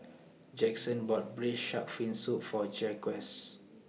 Jackson bought Braised Shark Fin Soup For Jaquez